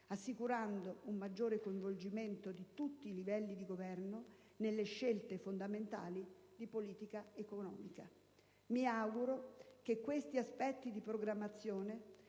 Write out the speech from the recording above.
assicurando un maggiore coinvolgimento di tutti i livelli di governo nelle scelte fondamentali di politica economica. Mi auguro che questi aspetti di programmazione